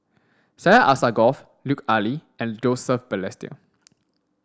Syed Alsagoff Lut Ali and Joseph Balestier